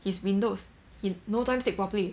his windows in no time tape properly